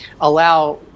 allow